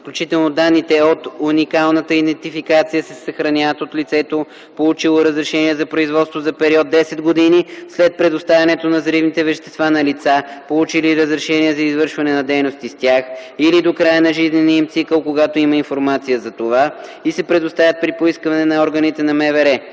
включително данните от уникалната идентификация, се съхраняват от лицето, получило разрешение за производство, за период 10 години след предоставянето на взривните вещества на лица, получили разрешение за извършване на дейности с тях, или до края на жизнения им цикъл, когато има информация за това, и се предоставят при поискване на органите на